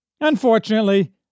Unfortunately